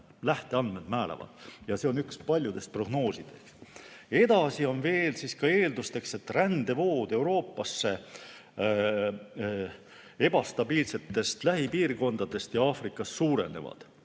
Lähteandmed määravad ja see on üks paljudest prognoosidest. Edasi on veel eelduseks, et rändevood Euroopasse ebastabiilsetest lähipiirkondadest ja Aafrikast suurenevad.